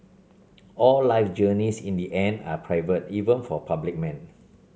all life journeys in the end are private even for public men